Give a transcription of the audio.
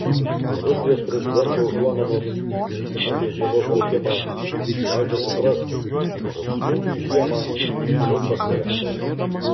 rusijos prezidento užuominos apie žiemos laukimą leidžia suprasti jog smūgiui žiemą jau pasirengta